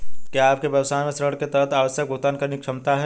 क्या आपके व्यवसाय में ऋण के तहत आवश्यक भुगतान करने की क्षमता है?